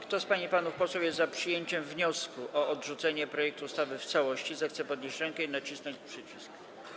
Kto z pań i panów posłów jest za przyjęciem wniosku o odrzucenie projektu ustawy w całości, zechce podnieść rękę i nacisnąć przycisk.